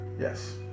yes